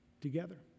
together